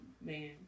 man